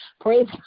Praise